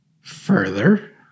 Further